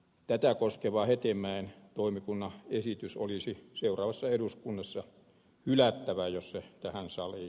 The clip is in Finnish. tätä koskevan ytimeen toimikunnan esitys olisi seuraavassa eduskunnassa hylättävä jos se tähän sallii